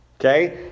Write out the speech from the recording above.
Okay